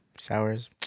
Showers